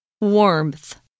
Warmth